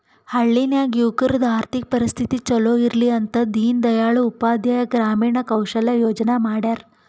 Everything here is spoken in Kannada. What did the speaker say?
ಹಳ್ಳಿ ನಾಗ್ ಯುವಕರದು ಆರ್ಥಿಕ ಪರಿಸ್ಥಿತಿ ಛಲೋ ಇರ್ಲಿ ಅಂತ ದೀನ್ ದಯಾಳ್ ಉಪಾಧ್ಯಾಯ ಗ್ರಾಮೀಣ ಕೌಶಲ್ಯ ಯೋಜನಾ ಮಾಡ್ಯಾರ್